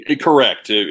Correct